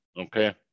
Okay